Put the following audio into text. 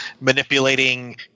manipulating